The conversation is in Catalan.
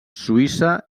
suïssa